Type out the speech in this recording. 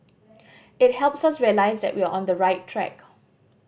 it helps us realise that we're on the right track